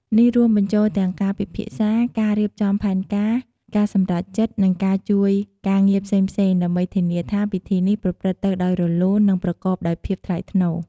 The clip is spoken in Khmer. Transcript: នេះរួមបញ្ចូលទាំងការពិភាក្សា ការរៀបចំផែនការ ការសម្រេចចិត្ត និងការជួយការងារផ្សេងៗ ដើម្បីធានាថាពិធីនេះប្រព្រឹត្តទៅដោយរលូន និងប្រកបដោយភាពថ្លៃថ្នូរ។